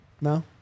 No